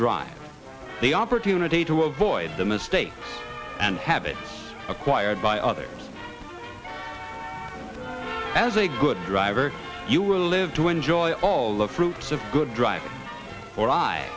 drive the opportunity to avoid the mistakes and habits acquired by others as a good driver you will live to enjoy all the fruits of good driv